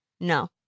No